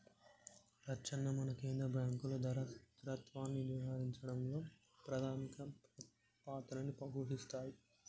లచ్చన్న మన కేంద్ర బాంకులు ధరల స్థిరత్వాన్ని నిర్వహించడంలో పాధమిక పాత్రని పోషిస్తాయి